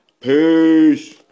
Peace